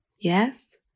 Yes